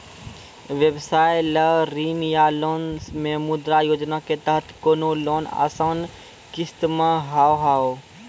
व्यवसाय ला ऋण या लोन मे मुद्रा योजना के तहत कोनो लोन आसान किस्त मे हाव हाय?